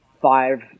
five